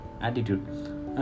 attitude